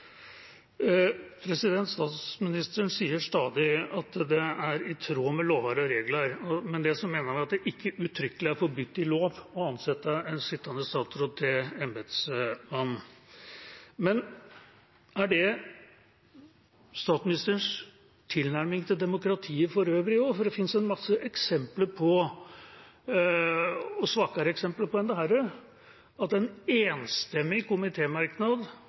Statsministeren sier stadig at det er i tråd med lover og regler. Med det mener en at det ikke uttrykkelig er forbudt i lov å ansette en sittende statsråd til embetsmann. Men er det statsministerens tilnærming til demokratiet for øvrig også? For det fins en masse eksempler på – og svakere eksempler enn dette – at en enstemmig